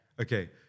Okay